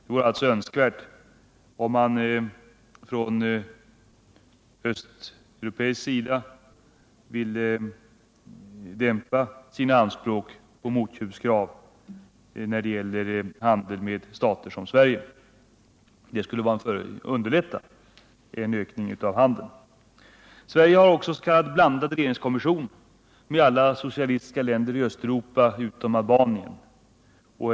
Det vore alltså önskvärt om man från östeuropeisk sida ville dämpa sina anspråk på motköp när det gäller handel med stater som Sverige. Det skulle underlätta en ökning av handeln. Sverige har också s.k. blandade regeringskommissioner med alla socialistiska länder i Östeuropa utom Albanien.